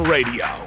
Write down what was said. Radio